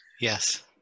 Yes